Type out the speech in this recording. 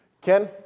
Ken